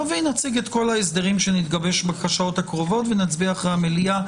נבוא ונציג את כל ההסדרים שנגבש בשעות הקרובות ונצביע אחרי המליאה.